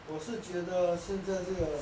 我是觉得现在这个